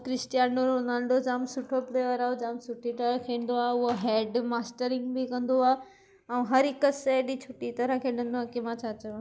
ऐं Cristiano Ronaldo जाम सुठो प्लेयर आहे जाम सुठी तरह खेंॾदो आहे उहा हैड मास्टरींग बि कंदो आहे ऐं हर हिक शइ जी सुठी तरहि खेॾंदो आहे कि मां छा चवां